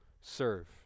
serve